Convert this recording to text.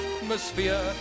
Atmosphere